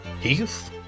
Heath